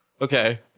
Okay